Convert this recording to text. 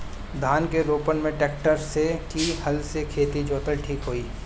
धान के रोपन मे ट्रेक्टर से की हल से खेत जोतल ठीक होई?